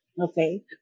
Okay